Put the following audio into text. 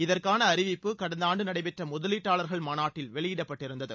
இதற்கான அறிவிப்பு கடந்த ஆண்டு நடைபெற்ற முதலீட்டாளர்கள் மாநாட்டில் வெளியிடப்பட்டிருந்தது